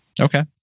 Okay